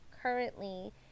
currently